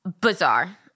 bizarre